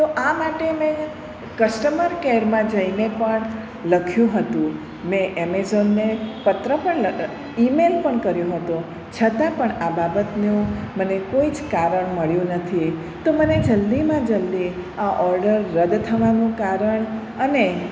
તો આ માટે મેં કસ્ટમર કેરમાં જઈને પણ લખ્યું હતું મેં એમેઝૉનને પત્ર પણ ઈમેલ પણ લખ્યો હતો છતાં પણ આ બાબતનું મને કોઈ જ કારણ મળ્યું નથી તો મને જલ્દીમાં જલ્દી આ ઓર્ડર રદ થવાનું કારણ અને